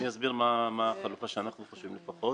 אסביר מהי החלופה שאנו רוצים להציע.